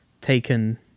taken